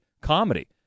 comedy